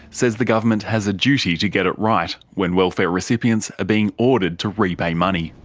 says the government has a duty to get it right when welfare recipients are being ordered to repay money.